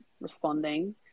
responding